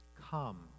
come